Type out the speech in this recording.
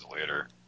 later